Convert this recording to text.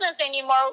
anymore